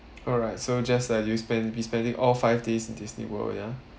alright so just like you spend you'll be spending all five days in Disneyworld ya